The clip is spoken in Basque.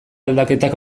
aldaketak